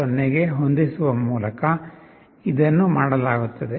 0 ಗೆ ಹೊಂದಿಸುವ ಮೂಲಕ ಇದನ್ನು ಮಾಡಲಾಗುತ್ತದೆ